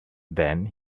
then